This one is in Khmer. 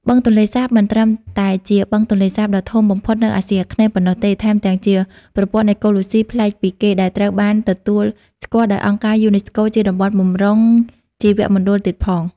បឹងទន្លេសាបមិនត្រឹមតែជាបឹងទឹកសាបដ៏ធំបំផុតនៅអាស៊ីអាគ្នេយ៍ប៉ុណ្ណោះទេ ថែមទាំងជាប្រព័ន្ធអេកូឡូស៊ីប្លែកពីគេ ដែលត្រូវបានទទួលស្គាល់ដោយអង្គការយូណេស្កូជាតំបន់បម្រុងជីវមណ្ឌលទៀតផង។